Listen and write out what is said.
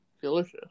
Delicious